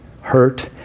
hurt